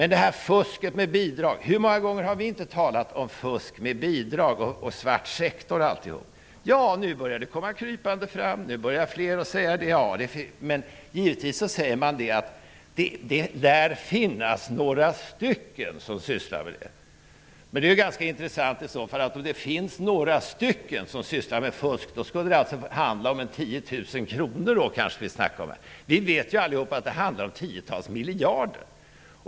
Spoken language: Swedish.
Vi kan ta bidragsfusket som exempel. Hur många gånger har vi inte talat om fusk med bidrag, svart sektor m.m. Det börjar nu krypa fram. Man säger att det lär finnas några stycken som sysslar med sådant. Om det bara är några stycken som sysslar med fusk kanske det skulle handla om ungefär 10 000 kr. Vi vet alla att det handlar om tiotals miljarder.